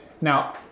Now